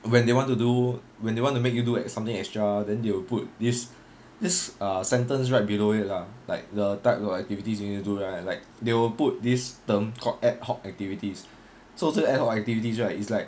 when they want to do when they want to make you do something extra then they will put this this ah sentence right below it lah like the type of activities you need to do right like they will put this term called ad-hoc activities so 这 ad-hoc activities right it's like